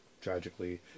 tragically